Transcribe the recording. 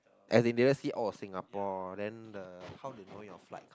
as in they just see orh Singapore then the how they know your flight